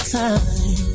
time